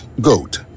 GOAT